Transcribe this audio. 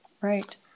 Right